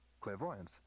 Clairvoyance